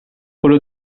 quello